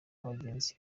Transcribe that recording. abagenzi